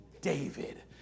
David